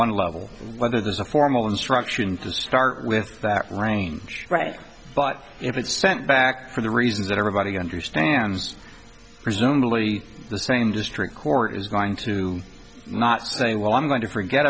one level whether there's a formal instruction to start with that range right but if it is sent back for the reasons that everybody understands presumably the same district court is going to not say well i'm going to forget